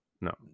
No